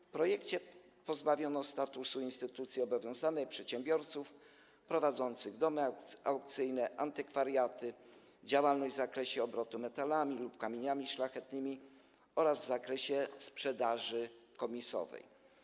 W projekcie pozbawiono statusu instytucji obowiązanej przedsiębiorców prowadzących domy aukcyjne, antykwariaty, działalność w zakresie obrotu metalami lub kamieniami szlachetnymi oraz w zakresie sprzedaży komisowej.